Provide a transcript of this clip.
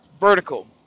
vertical